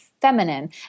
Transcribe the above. feminine